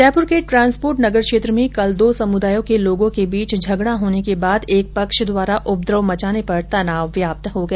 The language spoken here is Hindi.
जयपुर के ट्रांसपोर्ट नगर क्षेत्र में कल दो समुदायों के लोगों के बीच झगड़ा होने के बाद एक पक्ष द्वारा उपद्रव मचाने पर तनाव व्याप्त हो गया